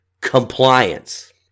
compliance